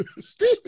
Steve